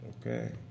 Okay